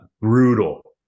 brutal